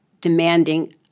demanding